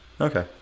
Okay